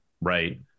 right